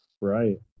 Right